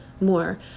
more